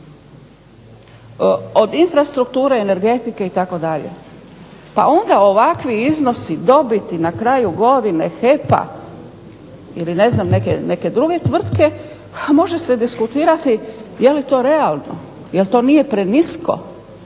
Od infrastrukture, energetike itd. Pa onda ovakvi iznosi dobiti na kraju godine HEP-a ili neke druge tvrtke može se diskutirati je li to nije realno, je li to nije prenisko.